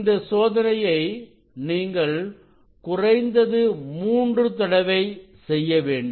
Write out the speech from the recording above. இந்த சோதனையை நீங்கள் குறைந்தது மூன்று தடவை செய்ய வேண்டும்